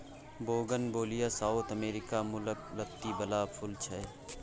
bougainvillea South America मुलक लत्ती बला फुल छै